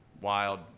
wild